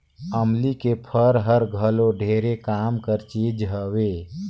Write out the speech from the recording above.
अमली के फर हर घलो ढेरे काम कर चीज हवे